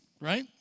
right